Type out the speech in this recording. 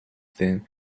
then